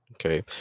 Okay